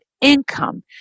income